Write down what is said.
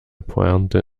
pointe